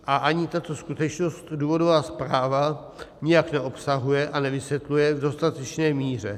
A ani tuto skutečnost důvodová zpráva nijak neobsahuje a nevysvětluje v dostatečné míře.